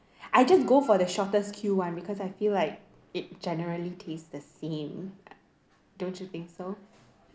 I just go for the shortest queue [one] because I feel like it generally tastes the same don't you think so